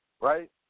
right